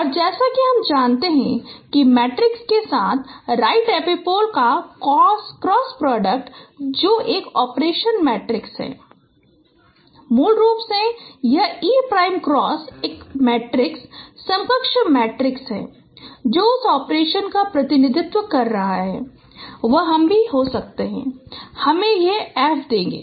और जैसा कि हम जानते हैं कि मैट्रिक्स के साथ राइट एपिपोल का क्रॉस प्रोडक्ट जो एक ऑपरेशन मैट्रिक्स है मूल रूप से यह e प्राइम क्रॉस एक मैट्रिक्स समकक्ष मैट्रिक्स है जो उस ऑपरेशन का प्रतिनिधित्व कर रहा है वह हम ही हो सकते हैं हम F देंगे